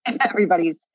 everybody's